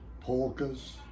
polkas